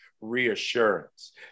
reassurance